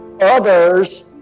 Others